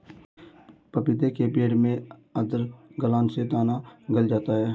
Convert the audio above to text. पपीते के पेड़ में आद्र गलन से तना गल जाता है